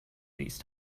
these